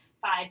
five